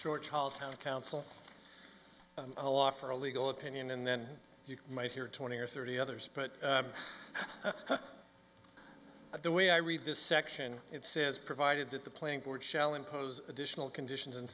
george town council a law for a legal opinion and then you may hear twenty or thirty others but of the way i read this section it says provided that the playing board shall impose additional conditions and